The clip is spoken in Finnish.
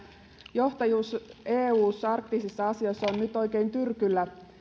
johtajuus eussa arktisissa asioissa on nyt oikein tyrkyllä